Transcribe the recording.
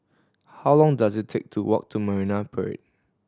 how long does it take to walk to Marine Parade